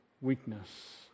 weakness